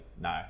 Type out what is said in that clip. no